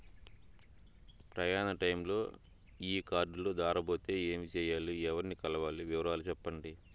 ప్రయాణ టైములో ఈ కార్డులు దారబోతే ఏమి సెయ్యాలి? ఎవర్ని కలవాలి? వివరాలు సెప్పండి?